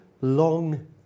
long